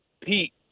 Pete